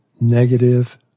negative